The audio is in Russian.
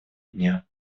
дня